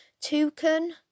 Toucan